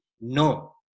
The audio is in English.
No